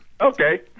Okay